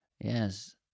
Yes